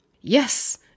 Yes